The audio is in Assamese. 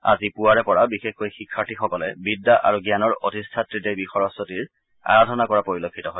আজি পুৱাৰে পৰা বিশেষকৈ শিক্ষাৰ্থীসকলে বিদ্যা আৰু জ্ঞানৰ অধিষ্ঠাত্ৰী দেৱী সৰস্বতীৰ আৰধনা কৰা পৰিলক্ষিত হয়